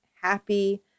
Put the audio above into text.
happy